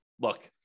look